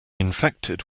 infected